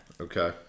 Okay